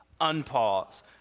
unpause